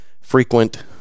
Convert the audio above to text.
frequent